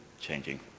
Changing